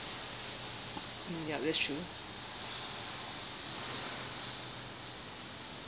ya that's true